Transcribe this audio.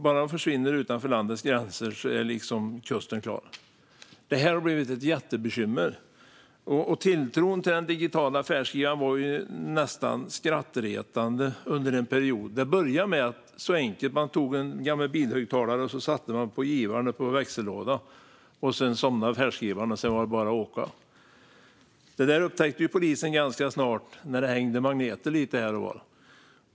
Bara de försvinner utanför landets gränser är kusten klar. Det här har blivit ett jättebekymmer. Tilltron till den digitala färdskrivaren var nästan skrattretande under en period. Det började så enkelt med att man tog en gammal bilhögtalare och satte den på givaren på växellådan. Sedan somnade färdskrivaren, och så var det bara att åka. Det upptäckte polisen ganska snart när det hängde magneter lite här och var.